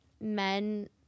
men